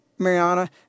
mariana